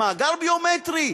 מאגר ביומטרי,